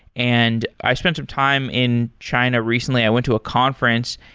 and i spent some time in china recently. i went to a conference.